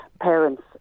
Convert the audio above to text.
parents